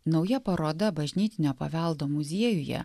nauja paroda bažnytinio paveldo muziejuje